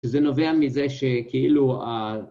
זה נובע מזה שכאילו